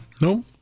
No